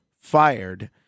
fired